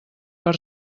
per